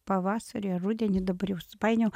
pavasarį ar rudenį dabar jau supainiojau